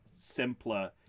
simpler